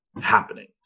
happening